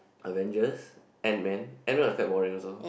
Avengers Antman Antman was quite boring also